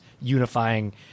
unifying